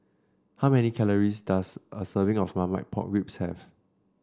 how many calories does a serving of Marmite Pork Ribs have